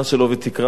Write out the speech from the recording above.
אמרתי, מיהו?